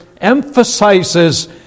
emphasizes